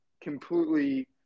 completely